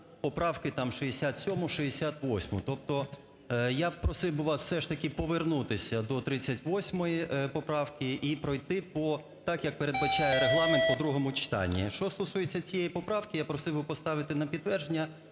поправки там 67-у, 68-у. Тобто я просив би вас все ж таки повернутися до 38 поправки і пройти по, так, як передбачає Регламент, по другому читанню. Що стосується цієї поправки, я просив би поставити на підтвердження.